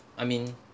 I mean